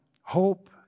hope